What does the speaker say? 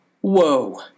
Whoa